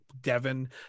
Devon